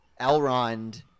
Elrond